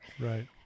Right